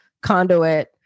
conduit